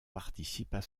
participent